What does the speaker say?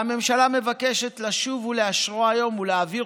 והממשלה מבקשת לשוב ולאשרו היום ולהעביר